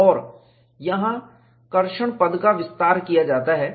और यहां कर्षण ट्रैक्शन पद का विस्तार किया जाता है